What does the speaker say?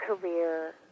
career